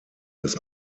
des